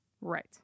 Right